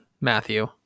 Matthew